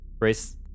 Race